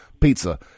pizza